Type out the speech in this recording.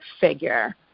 figure